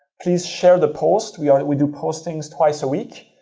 please share the posts, we ah we do postings twice a week.